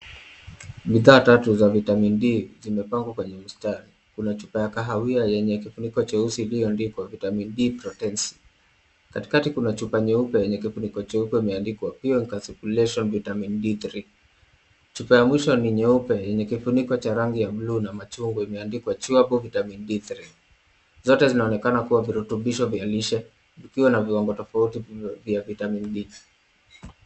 Bidhaa tatu za vitamin D zimepangwa kwenye mstari. Kuna chupa ya kahawia chenye kifuniko cheusi iliyoandikwa Vitamin D protency . Katikati kuna chupa nyeupe yenye kifuniko cheupe kimeandikwa Pure facusution vitamin D3 . Chupa ya mwisho ni nyeupe yenye kifuniko cha rangi ya buluu na machungwa imeandikwa chewable vitamin D3 . Zote zinaonekana kuwa virutobisho vya lishe vikiwa na viwango tofauti vya vitamin D .